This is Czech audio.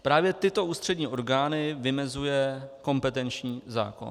Právě tyto ústřední orgány vymezuje kompetenční zákon.